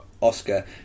Oscar